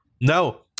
no